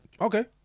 Okay